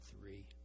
three